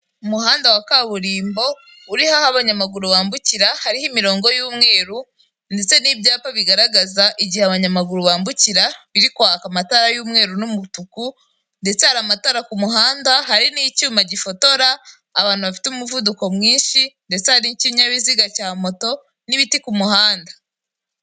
Umuhanda wa kaburimbo uriho aho abanyamaguru bambukira, hariho imirongo y'umweruru ndetse n'ibyapa bigaragaza igihe abanyamaguru bambukira biri kwaka amatara y'umweru n'umutuku ndetse hari amatara ku muhanda, hari n'icyuma gifotora abantu bafite umuvuduko mwinshi ndetse n'ikinyabiziga cya moto n'ibiti ku muhanda.